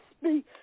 speak